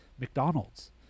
mcdonald's